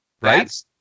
right